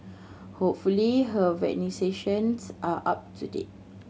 hopefully her vaccinations are up to date